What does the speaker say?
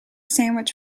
sandwich